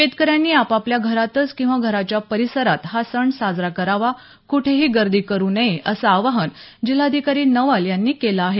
शेतकऱ्यांनी आपापल्या घरातच किंवा घराच्या परिसरात हा सण साजरा करावा कुठेही गर्दी करू नये असं आवाहन जिल्हाधिकारी नवाल यांनी केलं आहे